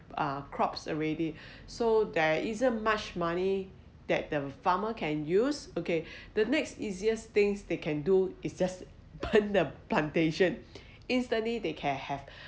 crops already so there isn't much money that the farmer can use okay the next easiest things they can do is just burn the plantation instantly they can have